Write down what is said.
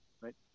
right